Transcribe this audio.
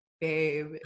babe